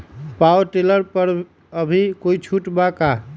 Power tiller पर अभी कोई छुट बा का?